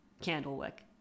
Candlewick